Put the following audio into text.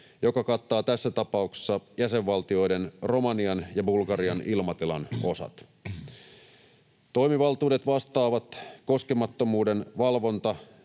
mikä kattaa tässä tapauksessa jäsenvaltioiden Romania ja Bulgaria ilmatilan osat. Toimivaltuudet vastaavat Suomen